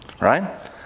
right